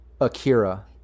Akira